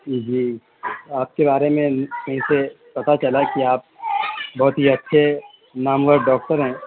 جی آپ کے بارے میں کہیں سے پتا چلا کہ آپ بہت ہی اچھے نامور ڈاکٹر ہیں